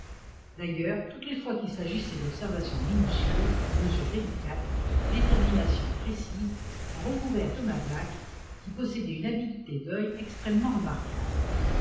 d'ailleurs toutes les fois qu'il s'agissait d'observations minutieuses de mesures délicates de déterminations précises on recourait à thomas black qui possédait une habileté d'oeil extrêmement remarquable